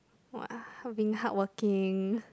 !wah! being hardworking